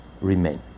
remain